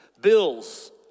Bills